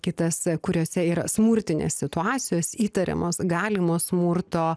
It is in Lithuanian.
kitas kuriose yra smurtinės situacijos įtariamos galimo smurto